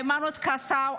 היימנוט קסאו,